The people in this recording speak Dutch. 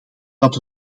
dat